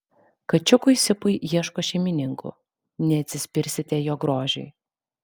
kačiukui sipui ieško šeimininkų neatsispirsite jo grožiui